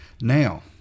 Now